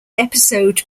episode